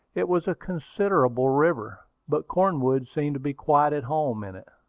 it was a considerable river, but cornwood seemed to be quite at home in it.